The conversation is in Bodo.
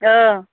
ओं